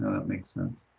makes sense.